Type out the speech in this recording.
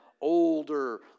older